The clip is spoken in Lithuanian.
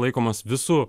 laikomas visų